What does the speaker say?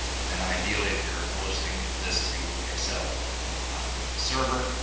and then ideally if you're publishing this to excel server,